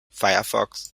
firefox